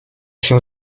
się